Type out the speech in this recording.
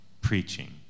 preaching